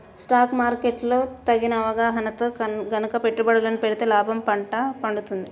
stock market లో తగిన అవగాహనతో గనక పెట్టుబడులను పెడితే లాభాల పండ పండుతుంది